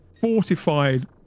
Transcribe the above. fortified